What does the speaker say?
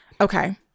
okay